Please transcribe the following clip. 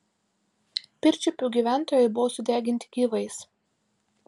pirčiupių gyventojai buvo sudeginti gyvais